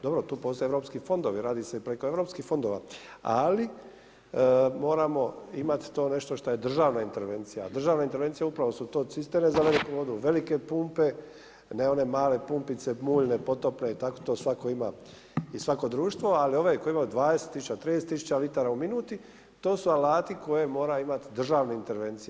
Dobro, tu postoje europski fondovi, radi se preko europskih fondova, ali moramo imati to nešto što je državna intervencija, a državna intervencije upravo su to cisterne veliku vodu, velike pumpe, ne one male pumpice, muljne potopne i tako to svako ima i svako društvo, ali ovi koji imaju 20 tisuća, 30 tisuća litara u minuti to su alati koje more imati državna intervencija.